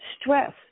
Stress